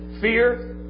Fear